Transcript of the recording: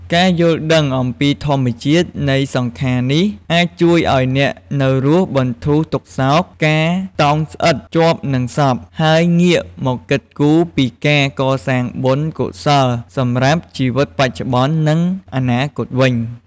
ការយល់ដឹងអំពីធម្មជាតិនៃសង្ខារនេះ អាចជួយឲ្យអ្នកនៅរស់បន្ធូរទុក្ខសោក ការតោងស្អិតជាប់នឹងសព ហើយងាកមកគិតគូរពីការកសាងបុណ្យកុសលសម្រាប់ជីវិតបច្ចុប្បន្ន និងអនាគតវិញ។